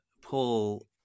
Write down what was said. paul